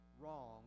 wrong